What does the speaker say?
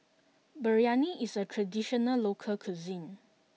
Biryani is a traditional local cuisine